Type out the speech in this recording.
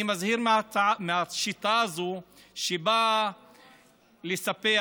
אני מזהיר מהשיטה הזאת שבאה לספח.